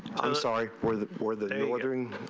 i'm sorry for the poor the day wondering